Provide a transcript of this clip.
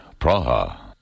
Praha